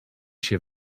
się